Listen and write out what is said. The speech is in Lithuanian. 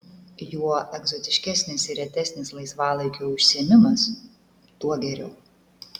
juo egzotiškesnis ir retesnis laisvalaikio užsiėmimas tuo geriau